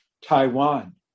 Taiwan